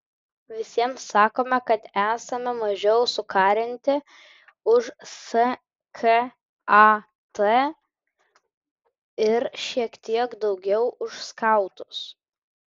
visiems sakome kad esame mažiau sukarinti už skat ir šiek tiek daugiau už skautus